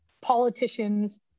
politicians